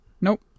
Nope